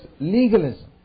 legalism